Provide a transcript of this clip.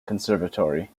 conservatory